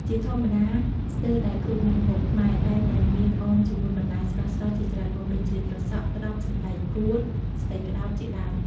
ជាធម្មតាស្ទើរតែគ្រប់មុខម្ហូបខ្មែរតែងតែមានអមជាមួយបន្លែស្រស់ៗជាច្រើនមុខ ដូចជា ត្រសក់ ត្រប់ សណ្ដែកកួរ ស្ពៃក្ដោប ជាដើម។